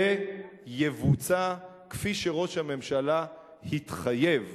זה יבוצע כפי שראש הממשלה התחייב.